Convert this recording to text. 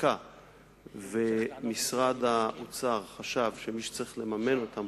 חוקקה ומשרד האוצר חשב שמי שצריך לממן אותם,